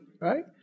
right